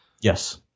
yes